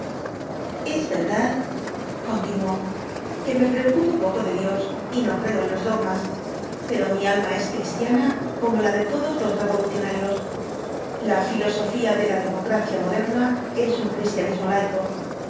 es verdad continuó que me preocupo poco de dios y no creo en los dogmas pero mi alma es cristiana como la de todos los revolucionarios la filosofía de la democracia moderna es un cristianismo laico